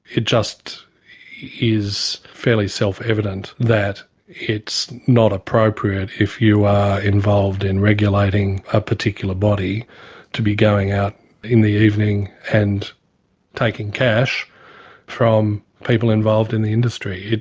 it just is fairly self-evident that it's not appropriate if you are involved in regulating a particular body to be going out in the evening and taking cash from people involved in the industry.